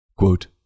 Quote